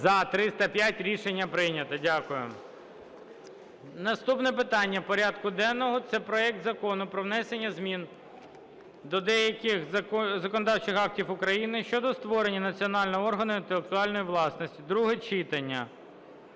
За-305 Рішення прийнято. Дякую. Наступне питання порядку денного – це проект Закону про внесення змін до деяких законодавчих актів України щодо створення національного органу інтелектуальної власності (друге читання).